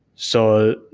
so,